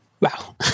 Wow